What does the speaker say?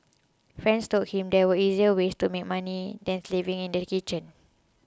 friends told him there were easier ways to make money than slaving in the kitchen